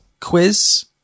Quiz